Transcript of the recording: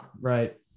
Right